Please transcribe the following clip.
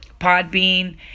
podbean